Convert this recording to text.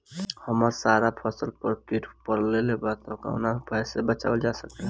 हमर सारा फसल पर कीट पकड़ लेले बा कवनो उपाय से बचावल जा सकेला?